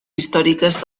històriques